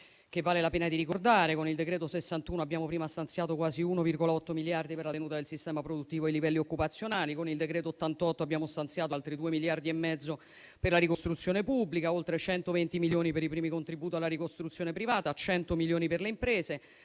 che vale la pena di ricordare. Con il decreto n. 61 abbiamo prima stanziato quasi 1,8 miliardi per la tenuta del sistema produttivo e i livelli occupazionali; con il decreto n. 88 abbiamo stanziato altri 2,5 miliardi per la ricostruzione pubblica, oltre 120 milioni per i primi contributi alla ricostruzione privata e 100 milioni per le imprese.